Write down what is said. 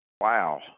Wow